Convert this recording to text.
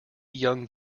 young